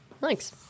thanks